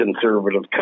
conservative